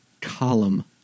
column